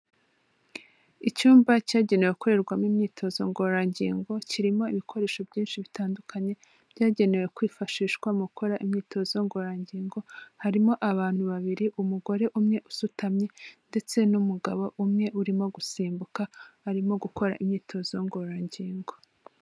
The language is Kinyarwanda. Icyumba cyagenewe ahakorerwamo imyitozo ngororangingo, kirimo ibikoresho byinshi bitandukanye byagenewe kwifashishwa mu gukora imyitozo ngororangingo, harimo abantu babiri, umugore umwe usutamye, ndetse n'umugabo umwe urimo gusimbuka, arimo gukora imyitozo ngororangingo.